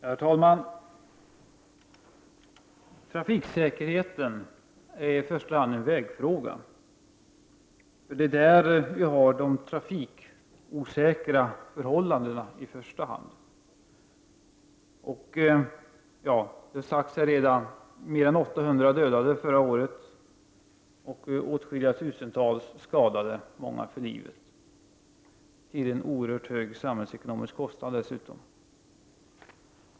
Herr talman! Trafiksäkerheten är i första hand en vägfråga. Det är huvudsakligen på vägarna vi har de trafikosäkra förhållandena. Det har redan sagts här: mer än 800 dödade förra året och åtskilliga tusental skadade, många för livet, till en oerhörd samhällsekonomisk kostnad dessutom.